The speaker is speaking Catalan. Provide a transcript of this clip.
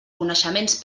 coneixements